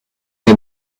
der